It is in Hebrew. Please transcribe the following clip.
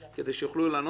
כדי שיוכלו לענות להם,